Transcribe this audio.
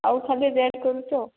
ଆଉ ଖାଲି ରେଟ୍ କରୁଛ